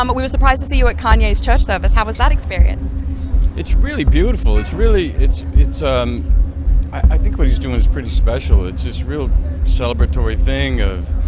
um we were surprised to see you at kanye's church service how was that experience it's really beautiful it's really it's it's um i think what he's doing is pretty special it's just real celebratory thing of